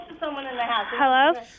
Hello